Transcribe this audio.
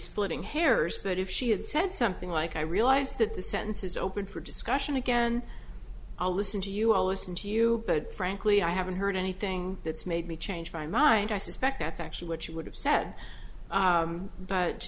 splitting hairs but if she had said something like i realize that the sentence is open for discussion again i'll listen to you always and to you frankly i haven't heard anything that's made me change my mind i suspect that's actually what you would have said